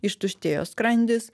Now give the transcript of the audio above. ištuštėjo skrandis